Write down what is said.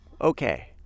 okay